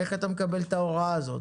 איך אתה מקבל את ההוראה הזאת?